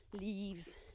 leaves